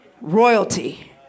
Royalty